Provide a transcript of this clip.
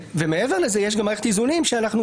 מעבר לזה יש גם מערכת איזונים שונה,